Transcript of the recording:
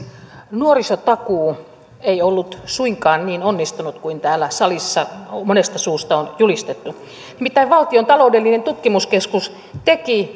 nuorisotakuu ei ollut suinkaan niin onnistunut kuin täällä salissa monesta suusta on julistettu nimittäin valtion taloudellinen tutkimuskeskus teki